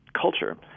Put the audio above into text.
culture